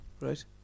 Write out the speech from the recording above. right